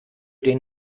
den